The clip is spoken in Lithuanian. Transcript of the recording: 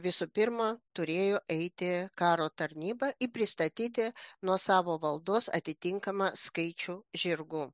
visų pirma turėjo eiti karo tarnybą ir pristatyti nuo savo valdos atitinkamą skaičių žirgų